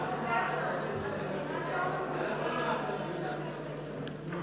ההצעה להעביר את הצעת חוק הנזיקים האזרחיים (אחריות המדינה) (תיקון